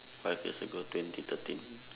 five years ago twenty thirteen